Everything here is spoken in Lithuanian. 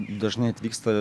dažnai atvyksta